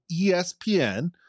ESPN